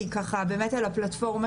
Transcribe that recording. כי באמת על הפלטפורמה